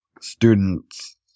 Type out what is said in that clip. students